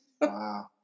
Wow